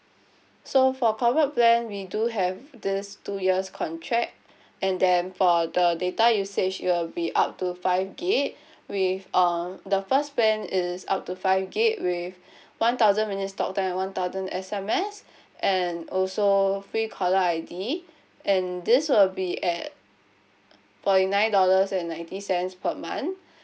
so for corporate plan we do have this two years contract and then for the data usage it will be up to five gig with um the first plan is up to five gig with one thousand minutes talk time and one thousand S_M_S and also free caller I_D and this will be at forty nine dollars and ninety cents per month